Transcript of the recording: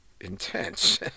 intense